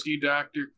doctor